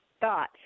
thought